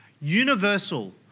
universal